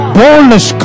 boldness